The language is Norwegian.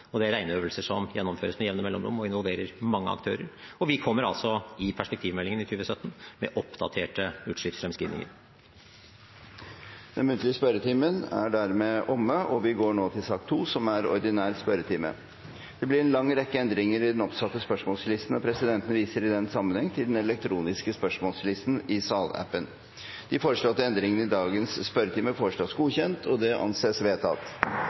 og det er regneøvelser som gjennomføres med jevne mellomrom og involverer mange aktører. Vi kommer i perspektivmeldingen i 2017 med oppdaterte utslippsfremskrivninger. Den muntlige spørretimen er dermed omme, og vi går til sak nr. 2, som er ordinær spørretime. Det blir en lang rekke endringer i den oppsatte spørsmålslisten, og presidenten viser i den sammenheng til den elektroniske spørsmålslisten. De foreslåtte endringene i dagens spørretime foreslås godkjent. – Det anses vedtatt.